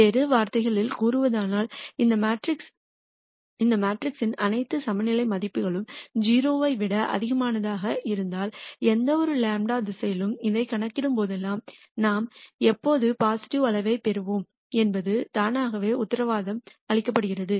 வேறு வார்த்தைகளில் கூறுவதானால் இந்த மேட்ரிக்ஸின் அனைத்து சமநிலை மதிப்புகளும் 0 ஐ விட அதிகமாக இருந்தால் எந்தவொரு δ திசையிலும் இதை கணக்கிடும்போதெல்லாம் நாம் எப்போதும் பாசிட்டிவ் அளவைப் பெறுவோம் என்பது தானாகவே உத்தரவாதம் அளிக்கப்படுகிறது